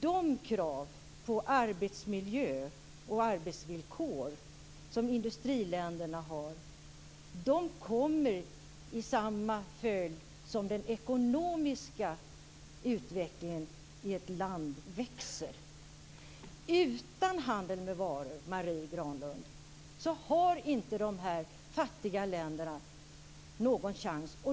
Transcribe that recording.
De krav på arbetsmiljö och arbetsvillkor som industriländerna har kommer att uppfyllas i samma takt som ekonomin utvecklas i länderna. Utan handeln med varor, Marie Granlund, har dessa fattiga länder ingen chans.